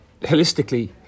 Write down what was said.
holistically